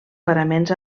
paraments